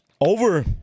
Over